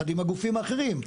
יחד עם הגופים האחרים.